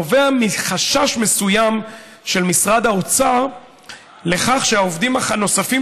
מחשש מסוים של משרד האוצר מכך שהעובדים הנוספים